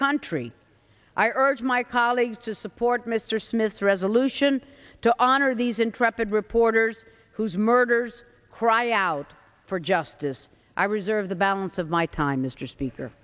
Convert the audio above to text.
country i urge my colleagues to support mr smith's resolution to honor these intrepid reporters whose murders cry out for justice i reserve the balance of my time mr speaker